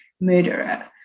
murderer